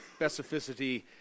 specificity